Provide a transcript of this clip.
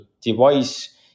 device